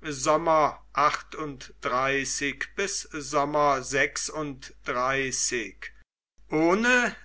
ohne